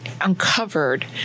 uncovered